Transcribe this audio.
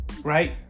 Right